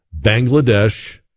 Bangladesh